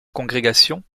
congrégation